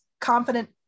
Confident